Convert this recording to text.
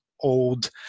old